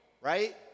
Right